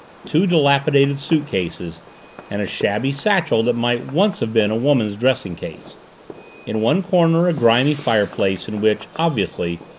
two dilapidated suitcases and a shabby satchel that might once have been a woman's dressing case in one corner a grimy fireplace in which, obviously,